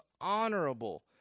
honorable